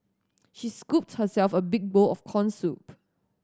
she scooped herself a big bowl of corn soup